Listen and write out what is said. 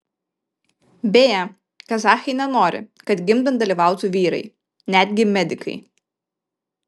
beje kazachai nenori kad gimdant dalyvautų vyrai netgi medikai